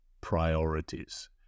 priorities